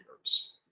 years